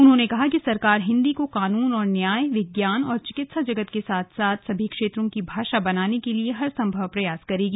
उन्होंने कहा कि सरकार हिन्दी को कानून और न्याय विज्ञान तथा चिकित्सा जगत के साथ साथ सभी क्षेत्रों की भाषा बनाने के लिए हरसंभव प्रयास करेगी